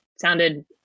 sounded